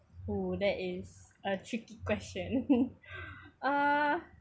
oh that is a tricky question uh